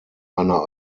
einer